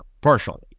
partially